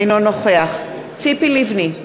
אינו נוכח ציפי לבני,